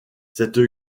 cette